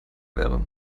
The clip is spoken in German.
wäre